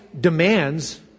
demands